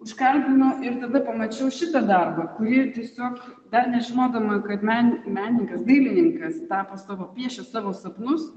užkalbinau ir tada pamačiau šitą darbą kurį tiesiog dar nežinodama kad men menininkas dailininkas tapo savo piešia savo sapnus